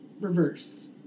reverse